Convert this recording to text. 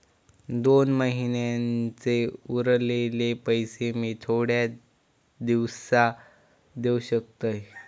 दोन महिन्यांचे उरलेले पैशे मी थोड्या दिवसा देव शकतय?